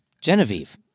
Genevieve